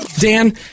Dan